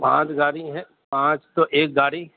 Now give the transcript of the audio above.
پانچ گاڑی ہیں پانچ تو ایک گاڑی